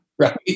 Right